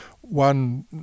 One